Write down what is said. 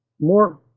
more